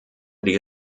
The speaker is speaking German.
die